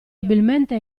abilmente